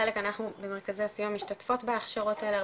חלק אנחנו במרכזי הסיוע משתתפות בהכשרות האלה,